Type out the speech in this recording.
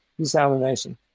desalination